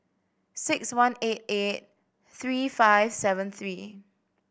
six one eight eight three five seven three